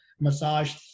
massage